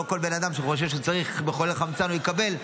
לא כל בן אדם שחושב שהוא צריך מחולל חמצן יקבל,